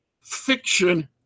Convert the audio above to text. fiction